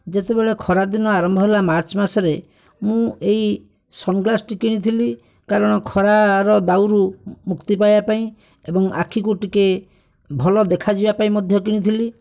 ଯେତେବଳେ ଖରାଦିନ ଆରମ୍ଭ ହେଲା ମାର୍ଚ୍ଚ୍ ମାସରେ ମୁଁ ଏହି ସନ୍ଗ୍ଳାସ୍ଟି କିଣିଥିଲି କାରଣ ଖରାର ଦାଉରୁ ମୁକ୍ତି ପାଇବା ପାଇଁ ଏବଂ ଆଖିକୁ ଟିକିଏ ଭଲ ଦେଖଯିବା ପାଇଁ ମଧ୍ୟ କିଣିଥିଲି